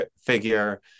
figure